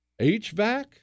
HVAC